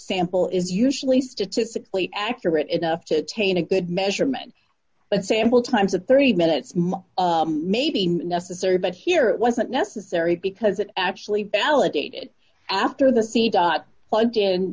sample is usually statistically accurate enough to attain a good measurement but sample times of thirty minutes much may be necessary but here it wasn't necessary because it actually validated after the c dot plug